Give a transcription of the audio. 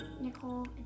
Nicole